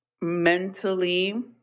mentally